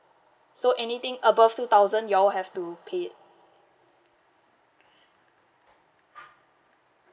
so anything above two thousand you all have to pay it